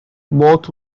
both